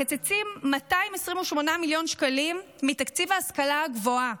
מקצצים 228 מיליון שקלים מתקציב ההשכלה הגבוהה.